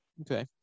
Okay